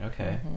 Okay